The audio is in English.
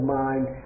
mind